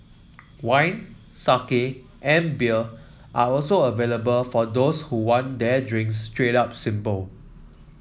wine sake and beer are also available for those who want their drinks straight up simple